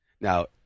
Now